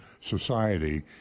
society